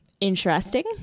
interesting